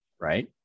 Right